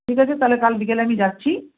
ঠিক আছে তাহলে কাল বিকেলে আমি যাচ্ছি